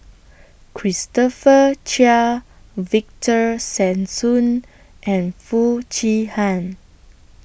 Christopher Chia Victor Sassoon and Foo Chee Han